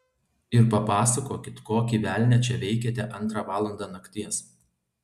ir papasakokit kokį velnią čia veikiate antrą valandą nakties